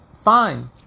fine